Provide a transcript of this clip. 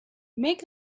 make